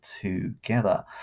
together